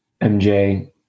mj